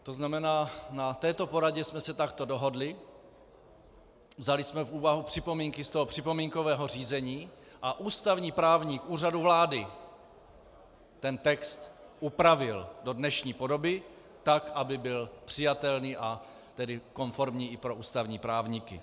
To znamená, na této poradě jsme se takto dohodli, vzali jsme v úvahu připomínky z připomínkového řízení a ústavní právník Úřadu vlády ten text upravil do dnešní podoby tak, aby byl přijatelný, a tedy konformní i pro ústavní právníky.